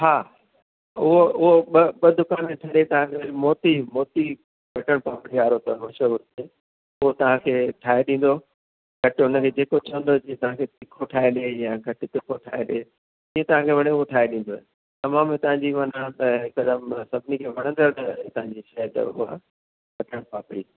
हा उहो उहो ॿ ॿ दुकानु छॾे तव्हांखे मोती मोती बटर पापड़ी वारो अथव उहो तव्हांखे ठाहे ॾींदो खट हुनखे जेको चवंदो जीअं तव्हांखे तिखो ठाहे ॾिए या घटि तिखो ठाहे ॾिए जीअं तव्हांखे वणे हूंअं ठाहे ॾिंदुव तमामु हितांजी माना त हिकदमि सभिनी खे वणंदड़ हितांजी शइ अथव उहा बटर पापड़ी